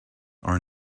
are